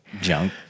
Junk